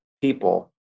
people